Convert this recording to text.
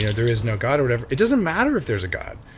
you know there is no god or whatever. it doesn't matter if there's a god.